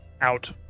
out